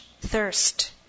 thirst